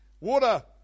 Water